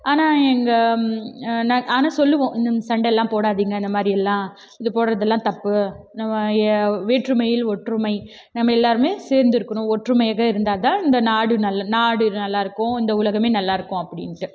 ஆனால் எங்கள் ஆனால் சொல்வோம் சண்டை எல்லாம் போடாதீங்க இந்தமாதிரி எல்லாம் இது போடுறதுல எல்லாம் தப்பு வேற்றுமையில் ஒற்றுமை நம்ம எல்லோருமே சேர்ந்திருக்கணும் ஒற்றுமையாக இருந்தால் தான் இந்த நாடு நல்லது நாடு நல்லாயிருக்கும் இந்த உலகம் நல்லாயிருக்கும் அப்படின்னுட்டு